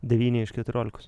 devyni iš keturiolikos